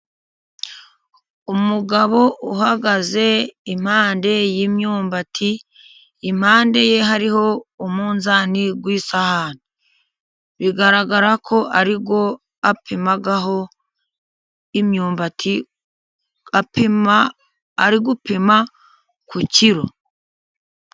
Umugabo uhagaze impande y'imyumbati, impande ye hariho umunzani w'isahani, bigaragara ko ari wo apimaho imyumbati ,apima ari gupima ku kilo.